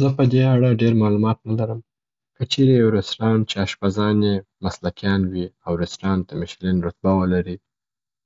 زه په دې اړه ډېر معلومات نه لرم. که چیري یو رسټورانټ چې اشپزان یې مسلکیان وي او رسټورانټ د میشلین رطبه ولري،